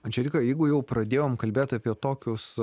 andželika jeigu jau pradėjom kalbėt apie tokius